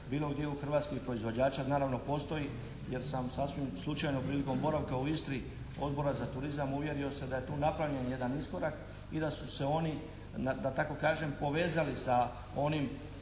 bilo gdje u hrvatskih proizvođača naravno postoji jer sam sasvim slučajno prilikom boravka u Istri Odbora za turizam, uvjerio se da je tu napravljen jedan iskorak i da su se oni da tako kažem povezali sa onim